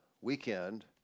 weekend